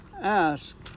Ask